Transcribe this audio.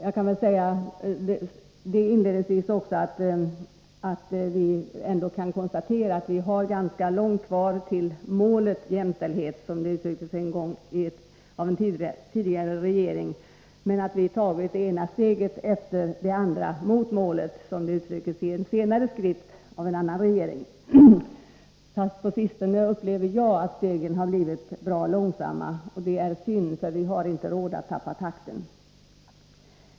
Jag vill inledningsvis säga att vi kan konstatera att vi har ganska långt kvar till målet jämställdhet — som det en gång uttrycktes av en tidigare regering — men att vi har tagit det ena steget efter det andra mot målet, som det uttrycks i en senare skrift av en annan regering. Fast på sistone upplever jag att stegen har blivit ganska långsamma. Och det är synd, för vi har inte råd att tappa takten.